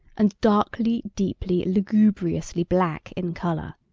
and darkly, deeply, lugubriously black in color.